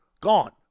Gone